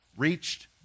Reached